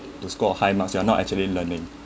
to score high marks you are not actually learning